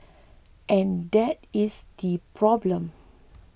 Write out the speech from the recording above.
and that is the problem